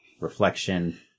reflection